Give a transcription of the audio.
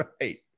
right